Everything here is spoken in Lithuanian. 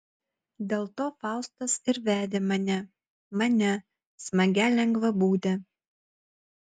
dėl to faustas ir vedė mane mane smagią lengvabūdę